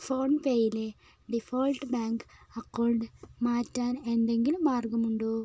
phone പേയിലെ default bank account മാറ്റാൻ എന്തെങ്കിലും മാർഗ്ഗമുണ്ടോ